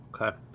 Okay